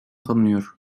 tanınıyor